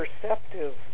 perceptive